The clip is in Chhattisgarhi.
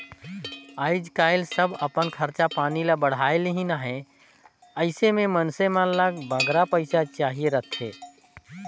आएज काएल सब अपन खरचा पानी ल बढ़ाए लेहिन अहें अइसे में मइनसे मन ल बगरा पइसा चाहिए रहथे